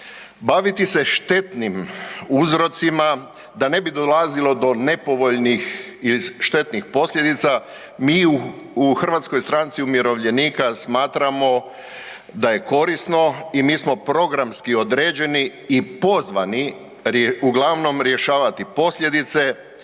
baviti se štetnim uzrocima da ne bi dolazilo do nepovoljnih štetnih posljedica, mi u HSU smatramo da je korisno i mi smo programski određeni i pozvani uglavnom rješavati posljedice